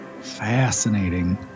Fascinating